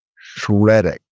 shredding